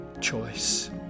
choice